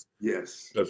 yes